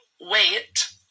wait